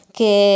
che